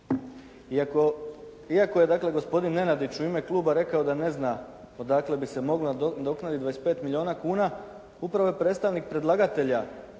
dakle gospodin Nenadić u ime kluba rekao da ne zna odakle bi se moglo nadoknaditi 25 milijuna kuna upravo je predstavnik predlagatelja